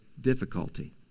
difficulty